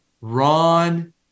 Ron